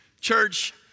Church